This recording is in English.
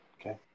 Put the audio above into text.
Okay